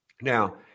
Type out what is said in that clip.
Now